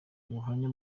ubuhamya